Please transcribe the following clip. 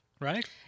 right